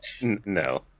No